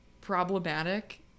problematic